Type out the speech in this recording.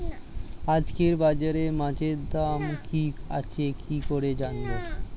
আজকে বাজারে মাছের দাম কি আছে কি করে জানবো?